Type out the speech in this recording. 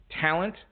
Talent